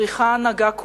צריכה ההנהגה כולה,